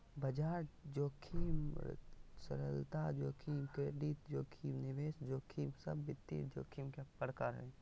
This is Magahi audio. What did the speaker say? बाजार जोखिम, तरलता जोखिम, क्रेडिट जोखिम, निवेश जोखिम सब वित्तीय जोखिम के प्रकार हय